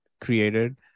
created